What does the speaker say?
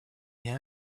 and